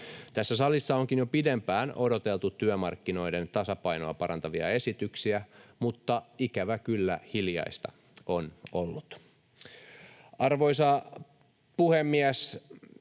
Tässä salissa onkin jo pidempään odoteltu työmarkkinoiden tasapainoa parantavia esityksiä, mutta ikävä kyllä hiljaista on ollut. Arvoisa puhemies!